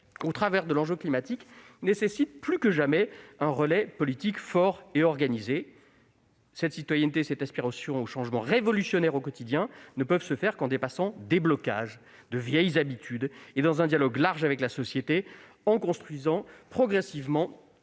au travers de l'enjeu climatique ... nécessitent plus que jamais un relais politique fort et organisé. « Cette citoyenneté et cette aspiration au changement, révolutionnaires au quotidien, ne peuvent se faire qu'en dépassant des blocages, de vieilles habitudes, et dans un dialogue large avec la société, en construisant progressivement